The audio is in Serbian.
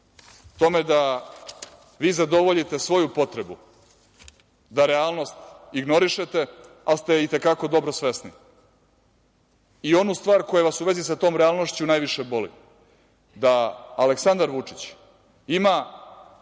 Tome da vi zadovoljite svoju potrebu da realnost ignorišete, ali ste i te kako dobro svesni. I onu stvar koja vas u vezi sa tom realnošću najviše boli - da Aleksandar Vučić ima